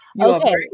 Okay